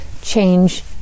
Change